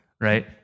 right